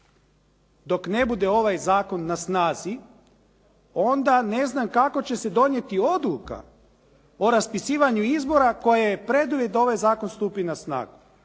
dok ne bude ovaj zakon na snazi onda ne znam kako će se donijeti odluka o raspisivanju izbora koja je preduvjet da ovaj zakon stupi na snagu.